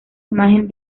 imagen